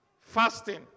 Fasting